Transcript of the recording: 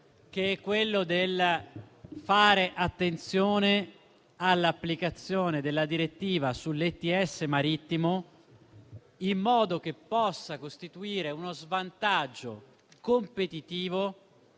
che è quella del fare attenzione all'applicazione della direttiva sull'ETS marittimo, in modo che possa costituire uno svantaggio competitivo